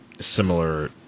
similar